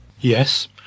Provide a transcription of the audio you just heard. Yes